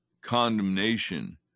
condemnation